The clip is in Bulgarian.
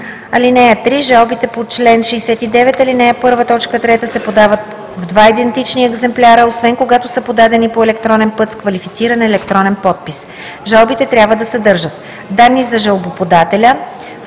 (3) Жалбите по чл. 69, ал. 1, т. 3 се подават в два идентични екземпляра, освен когато са подадени по електронен път с квалифициран електронен подпис. Жалбите трябва да съдържат: 1. данни за жалбоподателя;